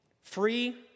free